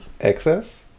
Excess